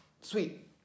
sweet